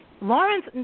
Lawrence